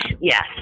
yes